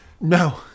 No